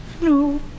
no